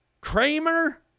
Kramer